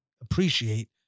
appreciate